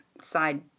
side